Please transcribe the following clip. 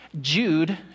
Jude